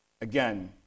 Again